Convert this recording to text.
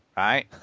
Right